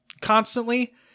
constantly